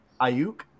Ayuk